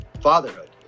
fatherhood